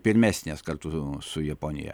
pirmesnės kartu su japonija